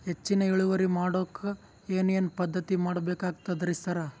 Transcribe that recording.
ಹೆಚ್ಚಿನ್ ಇಳುವರಿ ಮಾಡೋಕ್ ಏನ್ ಏನ್ ಪದ್ಧತಿ ಮಾಡಬೇಕಾಗ್ತದ್ರಿ ಸರ್?